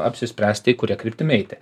apsispręsti į kuria kryptimi eiti